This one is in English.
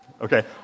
Okay